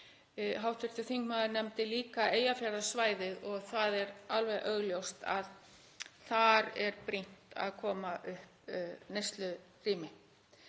Hv. þingmaður nefndi líka Eyjafjarðarsvæðið og það er alveg augljóst að þar er brýnt að koma upp neyslurými.